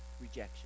rejection